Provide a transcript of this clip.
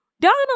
Donald